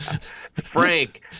Frank